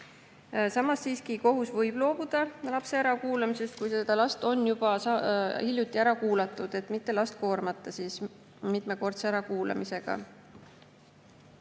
Samas võib kohus siiski loobuda lapse ärakuulamisest, kui seda last on juba hiljuti ära kuulatud, et mitte koormata last mitmekordse ärakuulamisega.